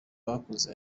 bakoze